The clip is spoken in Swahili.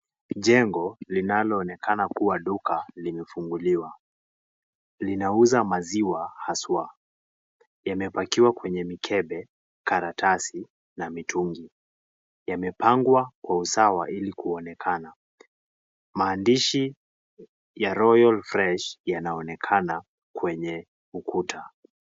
Jengo linalo onekana kuwa duka limefunguliwa, linauza maziwa hasa, yamepakiwa kwenye mikebe karatasi na mitungi, yamepangwa kwa usawa ili kuonekana, maandishi ya royal fresh yanaonekana kwenye ukuta.